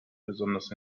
besonders